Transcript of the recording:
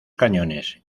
cañones